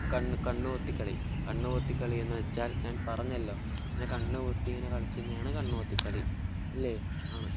കണ്ണ് കണ്ണ് പൊത്തിക്കളി കണ്ണു പൊത്തി കളിയെന്നു വെച്ചാൽ ഞാൻ പറഞ്ഞല്ലോ പിന്നെ കണ്ണ് പൊത്തി ഇങ്ങനെ കളിക്കുന്നയാണ് കണ്ണ് പൊത്തികളി അല്ലെ ആണ്